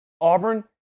Auburn